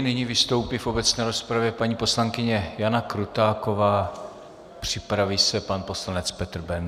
Nyní vystoupí v obecné rozpravě paní poslankyně Jana Krutáková, připraví se pan poslanec Petr Bendl.